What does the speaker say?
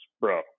bro